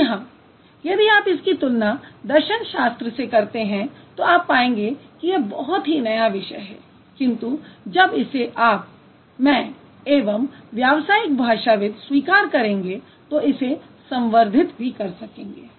जी हाँ यदि आप इसकी तुलना दर्शनशास्त्र से करते हैं तो आप पाएंगे कि यह बहुत ही नया विषय है किन्तु जब इसे आप मैं एवं व्यावसायिक भाषाविद स्वीकार करेंगे तो इसे संवर्धित भी कर सकेंगे